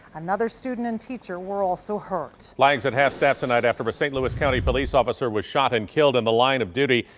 another student and teacher were also hurt. like kris half staff tonight after a st. louis county police officer was shot and killed in the line of duty.